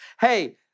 hey